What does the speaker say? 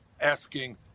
asking